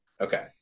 Okay